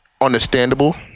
understandable